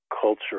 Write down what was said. culture